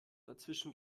dazwischen